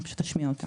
אני פשוט אשמיע אותה.